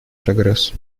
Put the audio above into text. прогресс